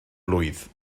blwydd